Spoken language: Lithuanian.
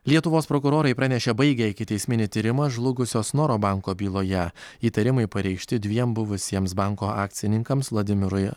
lietuvos prokurorai pranešė baigę ikiteisminį tyrimą žlugusio snoro banko byloje įtarimai pareikšti dviem buvusiems banko akcininkams vladimirui